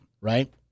right